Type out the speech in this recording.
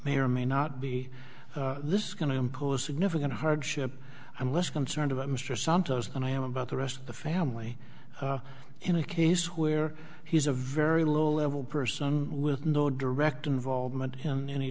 may or may not be this is going to impose significant hardship i'm less concerned about mr sometimes and i am about the rest of the family in a case where he's a very low level person with no direct involvement in any